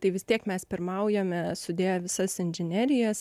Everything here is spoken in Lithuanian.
tai vis tiek mes pirmaujame sudėję visas inžinerijas